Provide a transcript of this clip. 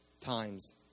times